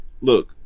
Look